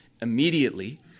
Immediately